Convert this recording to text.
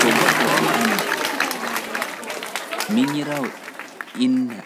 Ko goɗɗo te'anaa, minnyiraawo inna